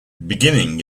beginning